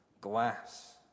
glass